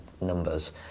numbers